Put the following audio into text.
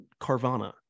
Carvana